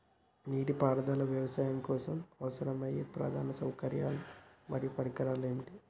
నీటిపారుదల వ్యవసాయం కోసం అవసరమయ్యే ప్రధాన సౌకర్యాలు మరియు పరికరాలు ఏమిటి?